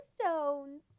stones